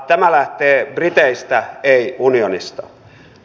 tämä lähtee briteistä ei unionista